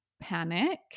panic